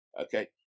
Okay